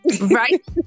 Right